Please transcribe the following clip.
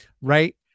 right